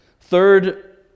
Third